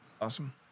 Awesome